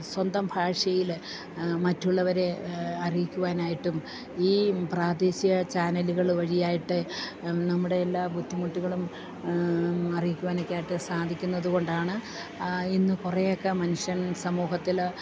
സ്വന്തം ഭാഷയിൽ മറ്റുള്ളവരെ അറിയിക്കുവാനായിട്ടും ഈ പ്രാദേശിക ചാനലുകൾ വഴിയായിട്ട് നമ്മുടെ എല്ലാ ബുദ്ധിമുട്ടുകളും അറിയിക്കുവാൻ ഒക്കെയായിട്ട് സാധിക്കുന്നത് കൊണ്ടാണ് ഇന്ന് കുറെ ഒക്കെ മനുഷ്യൻ സമൂഹത്തിൽ